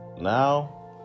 now